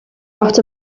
dot